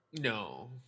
No